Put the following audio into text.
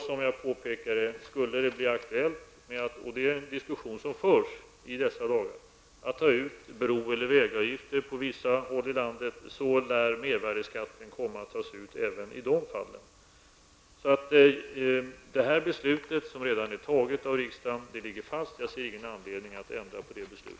Som jag påpekade: Skulle det bli aktuellt -- och det är en diskussion som förs i dessa dagar -- att ta ut bro eller vägavgifter på vissa håll i landet, lär mervärdeskatten komma att tas ut även i de fallen. Det här beslutet, som redan är fattat av riksdagen, ligger alltså fast. Jag ser ingen anledning att ändra på det.